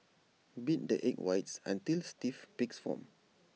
beat the egg whites until stiff peaks form